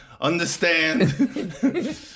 Understand